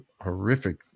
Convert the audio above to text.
horrific